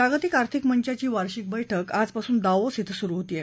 जागतिक आर्थिक मंचाची वार्षिक बैठक आजपासून दाओस ध्वं सुरु होत आहे